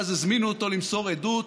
ואז הזמינו אותו למסור עדות.